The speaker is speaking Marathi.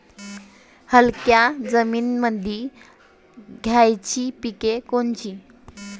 हलक्या जमीनीमंदी घ्यायची पिके कोनची?